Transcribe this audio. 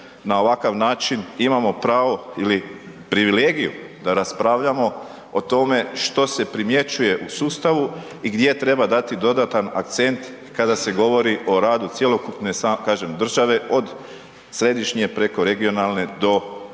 na ovakav način imamo pravo ili privilegiju da raspravljamo o tome što se primjećuje u sustavu i gdje treba dati dodatan akcent kada se govori o radu cjelokupne, kažem države od središnje preko regionalne do lokalne